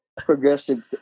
progressive